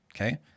okay